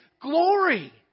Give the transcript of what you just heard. glory